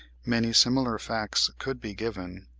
many similar facts could be given.